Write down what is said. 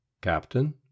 Captain